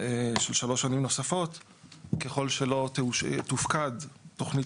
של שלוש שנים נוספות ככל שלא תופקד תוכנית